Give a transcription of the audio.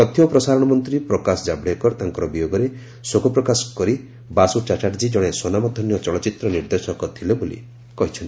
ତଥ୍ୟ ଓ ପ୍ରସାରଣ ମନ୍ତ୍ରୀ ପ୍ରକାଶ ଜାଭଡେକର ତାଙ୍କର ବିୟୋଗରେ ଶୋକ ପ୍ରକାଶ କରି ବାସ୍କ ଚାଟାର୍ଜୀ ଜଣେ ସ୍ୱନାମଧନ୍ୟ ଚଳଚ୍ଚିତ୍ର ନିର୍ଦ୍ଦେଶକ ଥିଲେ ବୋଲି କହିଚ୍ଚନ୍ତି